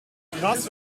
krass